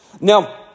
Now